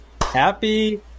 Happy